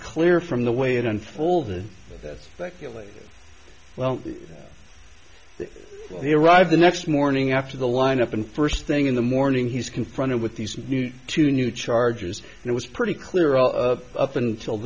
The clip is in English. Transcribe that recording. clear from the way it unfolded that secularly well he arrived the next morning after the line up and first thing in the morning he's confronted with these new two new chargers and it was pretty clear of up until